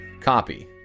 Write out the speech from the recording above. copy